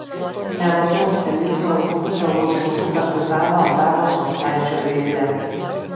nematau optimizmo ir buvusio vozbutų partizano antano sluoksnaičio veide